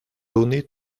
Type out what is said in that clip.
donner